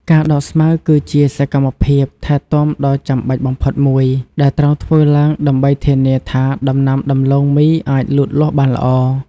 ការដកស្មៅគឺជាសកម្មភាពថែទាំដ៏ចាំបាច់បំផុតមួយ ដែលត្រូវធ្វើឡើងដើម្បីធានាថាដំណាំដំឡូងមីអាចលូតលាស់បានល្អ។